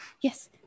Yes